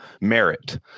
merit